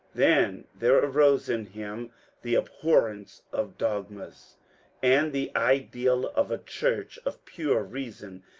then there arose in him the abhorrence of dog mas and the ideal of a church of pure reason,